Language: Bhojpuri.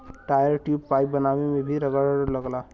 टायर, ट्यूब, पाइप बनावे में भी रबड़ लगला